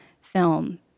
film